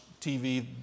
TV